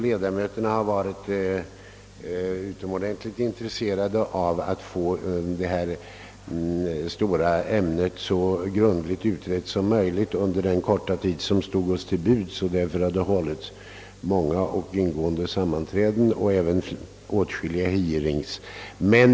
Ledamöterna har varit utomordentligt intresserade av att få detta stora ämne så grundligt utrett som möjligt under den korta tid som stod till buds. Därför har det hållits många och ingående sammanträden liksom också åtskilliga hearings.